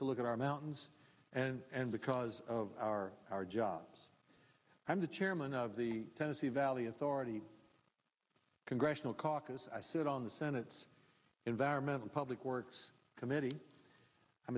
to look at our mountains and because of our our jobs i'm the chairman of the tennessee valley authority congressional caucus i sit on the senate's environmental public works committee i